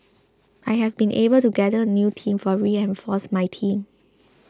I have been able to gather a new team to reinforce my team